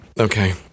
Okay